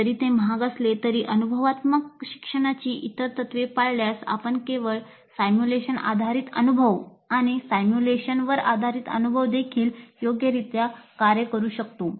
जरी ते महाग असले तरीही अनुभवात्मक शिक्षणाची इतर तत्त्वे पाळल्यास आपण केवळ सिम्युलेशन आधारित अनुभव आणि सिम्युलेशनवर आधारित अनुभव देखील योग्यरित्या कार्य करू शकतो